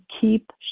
keep